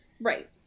Right